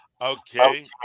Okay